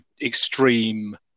extreme